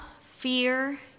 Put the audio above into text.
fear